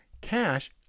cash